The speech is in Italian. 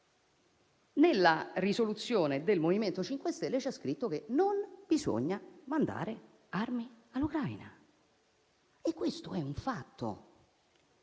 nella risoluzione del MoVimento 5 Stelle c'è scritto che non bisogna mandare armi all'Ucraina e questo è un fatto.